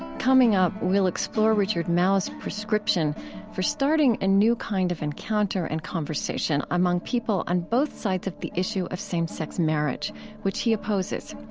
coming up, we'll explore richard mouw's prescription for starting a new kind of encounter and conversation among people on both sides of the issue of same-sex marriage which he opposes.